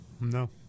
no